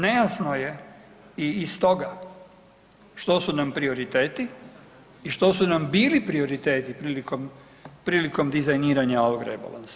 Nejasno je i iz toga što su nam prioriteti i što su nam bili prioriteti prilikom dizajniranja ovog rebalansa.